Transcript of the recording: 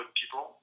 people